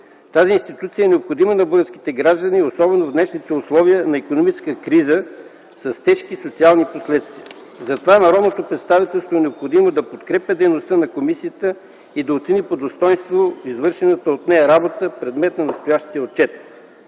Тази институция е необходима на българските граждани особено в днешните условия на икономическа криза с тежки социални последствия. Затова народното представителство е необходимо да подкрепя дейността на комисията и да оцени по достойнство извършената от нея работа – предмет на настоящия отчет.